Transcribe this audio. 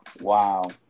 Wow